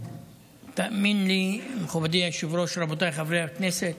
תאמינו לי, מכובדי היושב-ראש, רבותיי חברי הכנסת,